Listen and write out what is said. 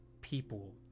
people